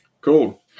Cool